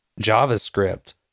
JavaScript